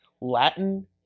Latin